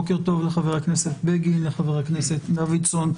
בוקר טוב לחבר הכנסת בגין, לחבר הכנסת דוידסון.